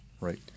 right